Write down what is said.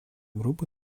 группы